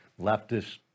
leftist